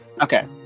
Okay